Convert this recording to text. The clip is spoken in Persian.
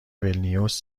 ویلنیوس